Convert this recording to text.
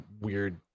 weird